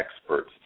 experts